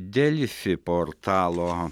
delfi portalo